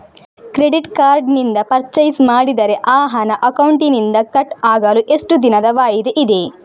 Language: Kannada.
ಕ್ರೆಡಿಟ್ ಕಾರ್ಡ್ ನಿಂದ ಪರ್ಚೈಸ್ ಮಾಡಿದರೆ ಆ ಹಣ ಅಕೌಂಟಿನಿಂದ ಕಟ್ ಆಗಲು ಎಷ್ಟು ದಿನದ ವಾಯಿದೆ ಇದೆ?